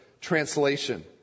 translation